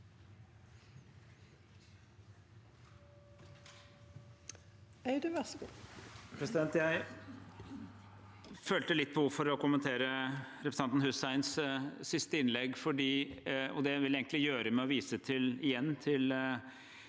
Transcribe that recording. Jeg følte litt behov for å kommentere representanten Husseins siste innlegg, og det vil jeg gjøre med igjen å